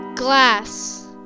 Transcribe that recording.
glass